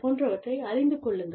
போன்றவற்றை அறிந்துக் கொள்ளுங்கள்